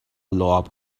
لعاب